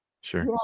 sure